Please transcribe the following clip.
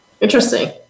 interesting